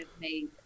made